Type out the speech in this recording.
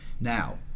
Now